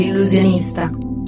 illusionista